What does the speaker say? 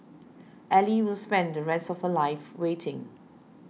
ally will spend the rest of her life waiting